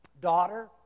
Daughter